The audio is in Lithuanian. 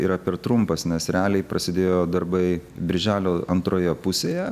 yra per trumpas nes realiai prasidėjo darbai birželio antroje pusėje